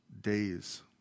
days